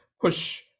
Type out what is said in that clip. push